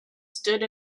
stood